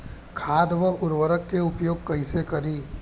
खाद व उर्वरक के उपयोग कइसे करी?